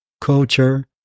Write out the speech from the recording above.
culture